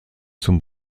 zum